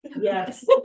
Yes